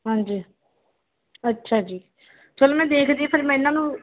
ਹਾਂਜੀ ਅੱਛਾ ਜੀ ਚਲੋ ਮੈਂ ਦੇਖਦੀ ਫਿਰ ਮੈਂ ਇਹਨਾਂ ਨੂੰ